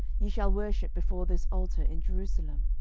ye shall worship before this altar in jerusalem?